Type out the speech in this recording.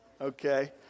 okay